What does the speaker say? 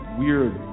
weird